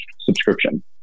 subscription